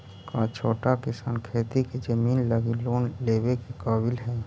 का छोटा किसान खेती के जमीन लगी लोन लेवे के काबिल हई?